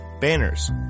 banners